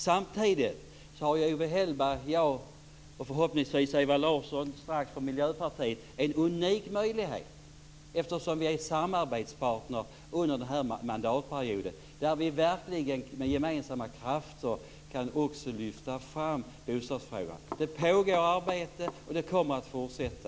Samtidigt har Owe Hellberg, jag och förhoppningsvis Ewa Larsson från Miljöpartiet en unik möjlighet eftersom vi är samarbetspartner under den här mandatperioden, då vi verkligen med gemensamma krafter kan lyfta fram bostadsfrågan. Det pågår arbete, och detta arbete kommer att fortsätta.